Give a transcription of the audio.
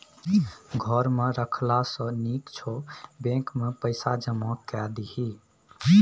घर मे राखला सँ नीक छौ बैंकेमे पैसा जमा कए दही